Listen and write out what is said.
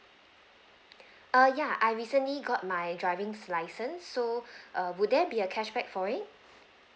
err ya I recently got my driving license so err would there be a cashback for it